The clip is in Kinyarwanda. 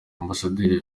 ambasaderi